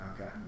Okay